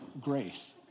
grace